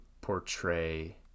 portray